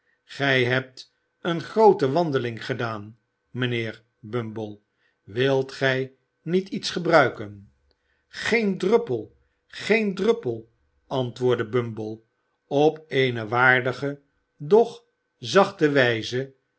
gij hebt eene groote wandeling gedaan mijnheer bumble wilt gij niet iets gebruiken geen druppel geen druppel antwoordde bumble op eene waardige doch zachte wijze